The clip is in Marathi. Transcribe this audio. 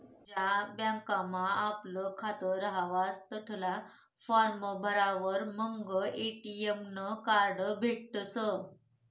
ज्या बँकमा आपलं खातं रहास तठला फार्म भरावर मंग ए.टी.एम नं कार्ड भेटसं